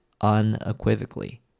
unequivocally